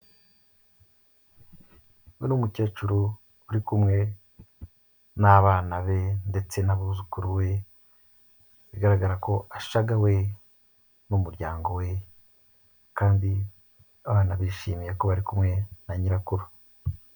Ndona umukecuru uri kumwe n'abana be ndetse n'abuzukuru be; bigaragara ko ashagawe n'umuryango we kandi abana bishimiye ko bari kumwe na Nyirakuru.